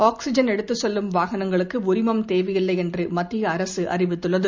oxygen எடுததுச் செல்லும் வாகனங்களுக்கு உரிமம் தேவையில்லை என்று மத்திய அரக அறிவித்துள்ளது